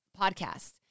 podcast